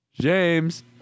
James